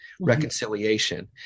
reconciliation